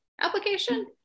application